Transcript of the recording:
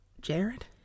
Jared